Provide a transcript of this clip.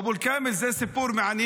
אבו אל-כאמל ואבו-מוחמד,